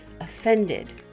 offended